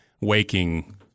waking